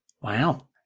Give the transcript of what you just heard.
Wow